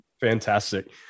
Fantastic